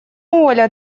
оля